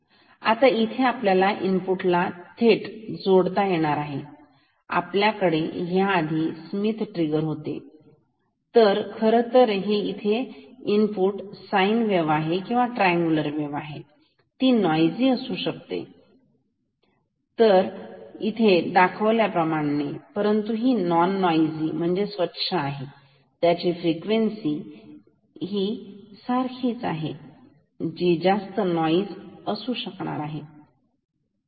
आता इथे आपल्याला इनपुटला थेट इथे जोडता येईल आपल्याकडे ह्याआधी स्मिथ ट्रिगर होते तर इनपुट हे खरतर इथे आहे इथेही एक साइन वेव्ह किंवा ट्राईनगुलर वेव्ह आहे ती नोईझीं असू शकते तर ही नाही आहे दाखवल्याप्रमाणे परंतु ही नॉन नोईझीं म्हणजे स्वच्छ आहे त्याची फ्रिक्वेन्सी आणि इनपुट ची फ्रिक्वेन्सी सारखी आहे जी जास्तनोईझीं असू शकते ठीक आहे